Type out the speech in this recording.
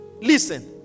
Listen